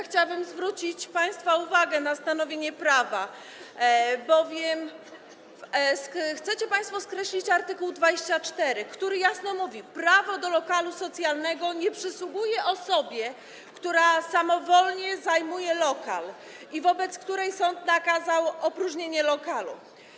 Chciałabym zwrócić państwa uwagę na stanowienie prawa, bowiem chcecie państwo skreślić art. 24, który jasno mówi: prawo do lokalu socjalnego nie przysługuje osobie, która samowolnie zajmuje lokal i wobec której sąd nakazał opróżnienie lokalu.